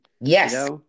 Yes